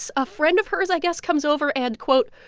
so a friend of hers, i guess, comes over and, quote,